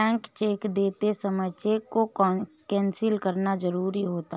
blank cheque देते समय cheque को कैंसिल करना जरुरी होता है